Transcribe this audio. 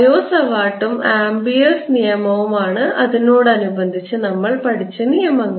bio സവാർട്ടും Ampere's നിയമവുമാണ് അതിനോടനുബന്ധിച്ച് നമ്മൾ പഠിച്ച നിയമങ്ങൾ